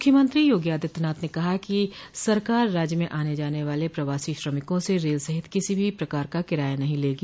मुख्यमंत्री योगी आदित्यनाथ ने कहा है कि सरकार राज्य में आने जाने वाले प्रवासी श्रमिकों से रेल सहित किसी भी प्रकार का किराया नहीं लेगी